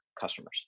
customers